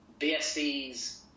BSCs